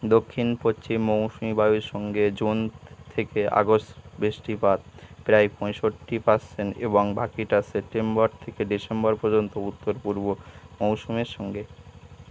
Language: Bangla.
দক্ষিণ পশ্চিম মৌসুমিবায়ুর সঙ্গে জুন থেকে আগস্ট বৃষ্টিপাত প্রায় পঁয়ষট্টি পার্সেন্ট এবং বাকিটা সেপ্টেম্বর থেকে ডিসেম্বর পর্যন্ত উত্তর পূর্ব মৌসুমীর সঙ্গে